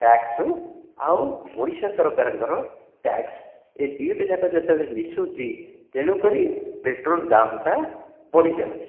tax ଆଉ ଓଡ଼ିଶା ସରକାରଙ୍କର tax ଏଇ ଦୁଇଟା ଯାକ ଯେତେବେଳେ ମିଶୁଛି ତେଣୁ କରି ପେଟ୍ରୋଲ୍ ଦାମ୍ ଟା ବଢ଼ିଯାଉଛି